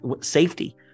safety